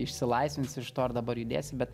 išsilaisvinsi iš to ir dabar judėsi bet